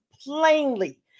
plainly